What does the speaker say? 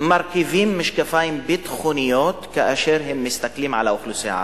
מרכיבים משקפיים ביטחוניים כאשר הם מסתכלים על האוכלוסייה הערבית.